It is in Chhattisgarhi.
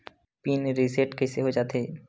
पिन रिसेट कइसे हो जाथे?